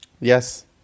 Yes